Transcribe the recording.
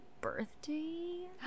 birthday